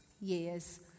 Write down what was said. years